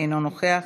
אינו נוכח,